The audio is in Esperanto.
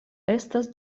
estas